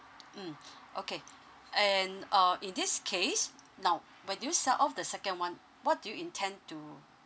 mm okay and uh in this case now when you sell off the second one what do you intend to